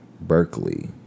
Berkeley